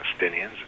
Palestinians